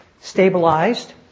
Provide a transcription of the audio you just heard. stabilized